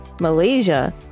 Malaysia